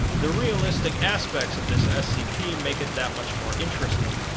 the realistic aspects of this scp make it that much more interesting,